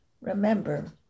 Remember